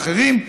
ואחרים,